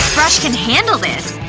brush can handle this.